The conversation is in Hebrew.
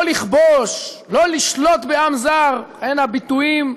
לא לכבוש, לא לשלוט בעם זר, אלה הביטויים,